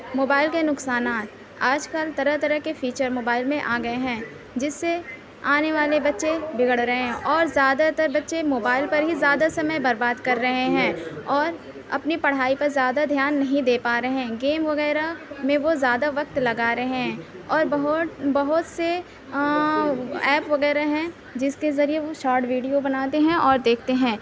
mobile کے نقصانات آج کل طرح طرح کے فیچر موبائل میں آ گئے ہیں جس سے آنے والے بچے بگڑ رہے ہیں اور زیادہ تر بچے موبائل پر ہی زیادہ سمعے برباد کر رہے ہیں اور اپنی پڑھائی پر زیادہ دھیان نہیں دے پا رہے ہیں گیم وغیرہ میں وہ زیادہ وقت لگا رہے ہیں اور بہت بہت سے ایپ وغیرہ ہیں جس کے ذریعہ وہ شارٹ ویڈیو بناتے ہیں اور دیکھتے ہیں